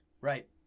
Right